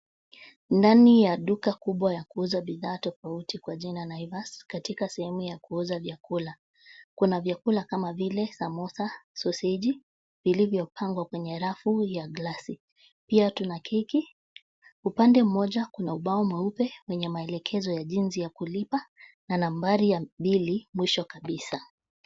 Ndani ya duka kubwa ya kuuza bidhaa tofauti kwa jina 'naivas' katika sehemu ya kuuza vyakula. Kuna vyakula kama vile samosa, sosegi vilivyopangwa kwenye rafu ya glasi, pia tuna keki, upande mmoja kuna ubao mweupe wenye maelekezo ya jinzi ya kulipa, na nambari ya bili mwisho kabisa